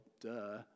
duh